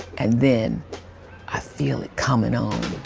and then i feel it comin' on.